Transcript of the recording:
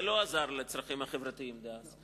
זה לא עזר לצרכים החברתיים דאז.